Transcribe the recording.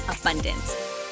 abundance